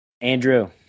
Andrew